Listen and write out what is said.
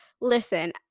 listen